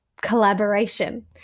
collaboration